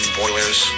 boilers